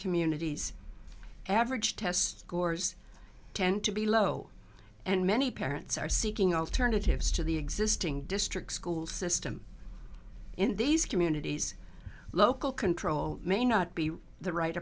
communities average test scores tend to be low and many parents are seeking alternatives to the existing district school system in these communities local control may not be the right